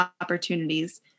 opportunities